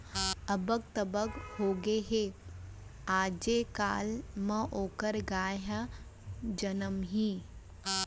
अबक तबक होगे हे, आजे काल म ओकर गाय ह जमनइया हे